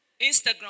Instagram